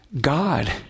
God